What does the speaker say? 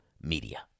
media